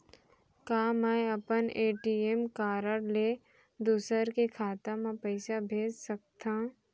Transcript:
का मैं अपन ए.टी.एम कारड ले दूसर के खाता म पइसा भेज सकथव?